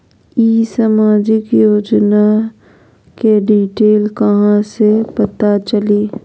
ई सामाजिक योजना के डिटेल कहा से पता चली?